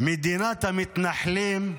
מדינת המתנחלים,